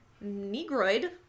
negroid